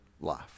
life